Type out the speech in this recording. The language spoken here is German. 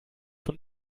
von